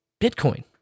Bitcoin